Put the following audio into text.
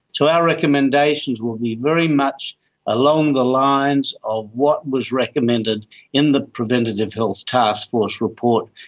so our recommendations will be very much along the lines of what was recommended in the preventative health taskforce report,